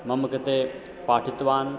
मम कृते पाठितवान्